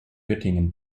göttingen